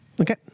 Okay